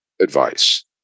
advice